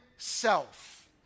self